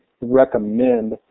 recommend